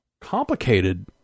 complicated